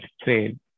trade